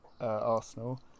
Arsenal